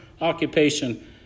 occupation